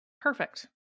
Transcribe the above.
perfect